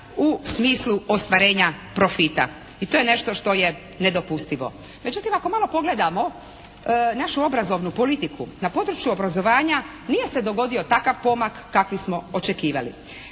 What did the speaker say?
u smislu ostvarenja profita. I to je nešto što je nedopustivo. Međutim, ako malo pogledamo našu obrazovnu politiku, na području obrazovanja nije se dogodio takav pomak kakvi smo očekivali.